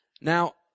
Now